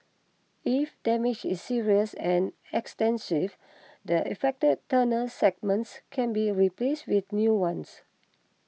if damage is serious and extensive the affected tunnel segments can be replaced with new ones